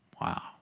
wow